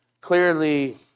clearly